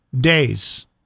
days